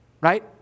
right